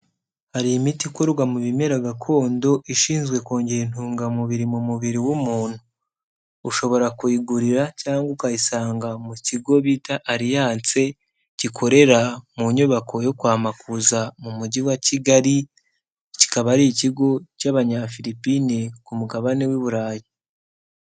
Hari imiti ikorwa mu bimera gakondo ishinzwe kongera intungamubiri mu mubiri w'umuntu. Ushobora kuyigurira cyangwa ukayisanga mu kigo bita Ariyanse gikorera mu nyubako yo kwa Makuza mu mujyi wa Kigali, kikaba ari ikigo cy'Abanyafilipine ku mugabane w'i Burayi.